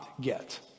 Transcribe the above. get